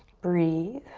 breathe.